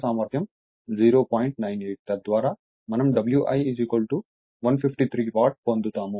తద్వారా మనం Wi 153 watt పొందుతాము కాబట్టి 0